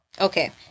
Okay